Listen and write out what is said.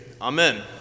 Amen